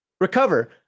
recover